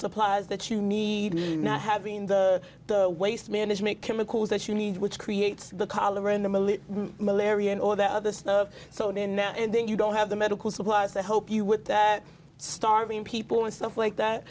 supplies that you need me not having the waste management chemicals that you need which creates the cholera in the military malaria and all that other stuff so now and then you don't have the medical supplies to help you with that starving people and stuff like that